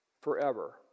forever